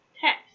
text